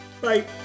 Bye